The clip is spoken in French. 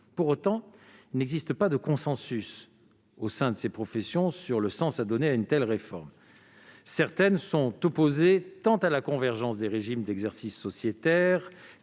Pour autant, il n'existe pas de consensus au sein de ces professions sur le sens à donner à une telle réforme. Certaines sont opposées tant à la convergence des régimes d'exercice sociétaire